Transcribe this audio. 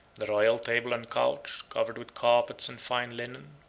the royal table and couch, covered with carpets and fine linen,